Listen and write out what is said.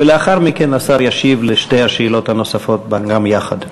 ולאחר מכן השר ישיב על שתי השאלות הנוספות גם יחד.